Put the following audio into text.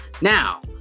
Now